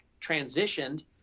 transitioned